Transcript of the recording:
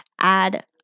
add